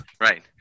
Right